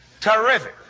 terrific